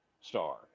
star